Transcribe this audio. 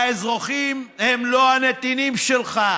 האזרחים הם לא הנתינים שלך,